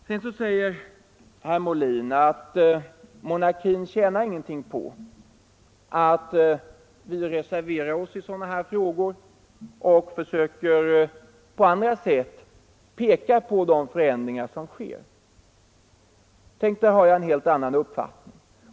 Sedan säger herr Molin att monarkin inte tjänar någonting på att vi reserverar oss i sådana här frågor och försöker på andra sätt peka på de förändringar som sker. Tänk, där har jag en helt annan uppfattning!